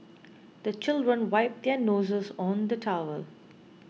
the children wipe their noses on the towel